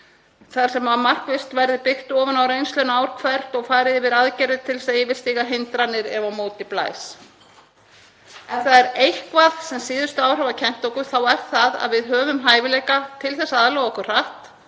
þar sem markvisst verður byggt ofan á reynsluna ár hvert og farið yfir aðgerðir til að yfirstíga hindranir ef á móti blæs? Ef það er eitthvað sem síðustu ár hafa kennt okkur þá er það það að við höfum hæfileika til að aðlaga okkur hratt